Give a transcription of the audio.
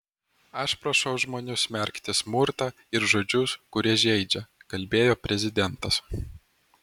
aš prašau žmonių smerkti smurtą ir žodžius kurie žeidžia kalbėjo prezidentas